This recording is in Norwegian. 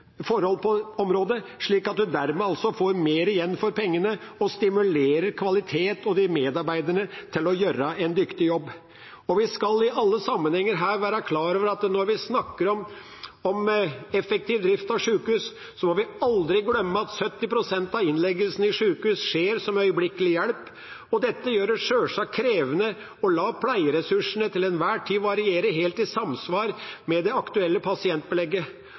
forhold på området, slik at du dermed får mer igjen for pengene, og stimulerer kvaliteten og medarbeiderne til å gjøre en dyktig jobb. Vi skal i alle sammenhenger her være klar over at når vi snakker om effektiv drift av sykehus, må vi aldri glemme at 70 pst. av innleggelsene i sykehus skjer som øyeblikkelig hjelp. Dette gjør det sjølsagt krevende å la pleieressursene til enhver tid variere helt i samsvar med det aktuelle pasientbelegget.